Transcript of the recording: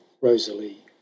Rosalie